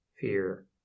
fear